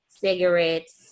cigarettes